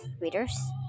readers